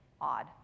odd